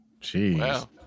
Jeez